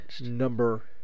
number